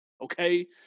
Okay